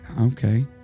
Okay